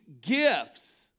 gifts